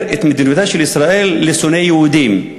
את מדיניותה של ישראל לשונא יהודים,